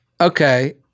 okay